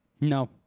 No